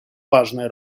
важная